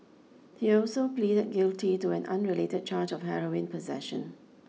he also pleaded guilty to an unrelated charge of heroin possession